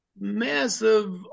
massive